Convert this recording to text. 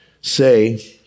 say